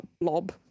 blob